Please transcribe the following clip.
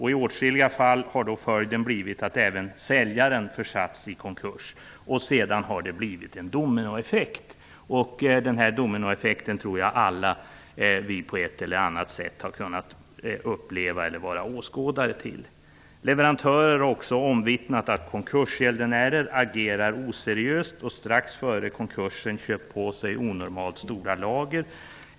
I åtskilliga fall har följden då blivit att även säljaren försatts i konkurs, och sedan har det uppstått en dominoeffekt. Den dominoeffekten tror jag att vi alla har kunnat uppleva eller vara åskådare till på ett eller annat sätt. Leverantörer har också omvittnat att konkursgäldenärer agerar oseriöst och strax före konkursen köper på sig onormalt stora lager.